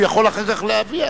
הוא יכול אחר כך להביע,